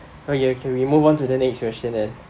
oh ya okay we move on to the next question then